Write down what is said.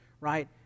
right